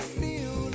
feel